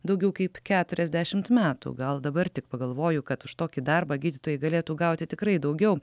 daugiau kaip keturiasdešimt metų gal dabar tik pagalvoju kad už tokį darbą gydytojai galėtų gauti tikrai daugiau